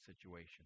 situation